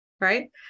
Right